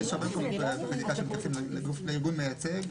יש הרבה מאוד בחקיקה שמתייחסים לארגון מייצג,